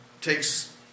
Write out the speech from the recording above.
takes